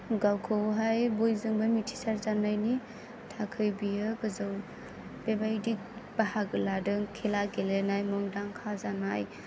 गावखौहाय बयजोंबो मिथिसार जानायनि थाखाय बियो गोजौ बेबायदि बाहागो लादों खेला गेलेनाय मुंदांखा जानाय